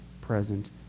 present